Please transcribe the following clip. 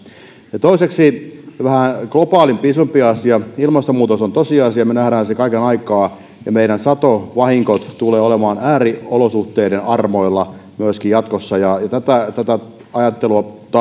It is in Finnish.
ja toiseksi vähän globaalimpi isompi asia ilmastonmuutos on tosiasia me näemme sen kaiken aikaa ja meidän satovahingot tulevat olemaan ääriolosuhteiden armoilla myöskin jatkossa tätä tätä ajattelua